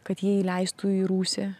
kad jie įleistų į rūsį